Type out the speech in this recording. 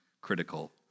critical